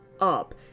up